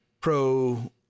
pro